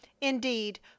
indeed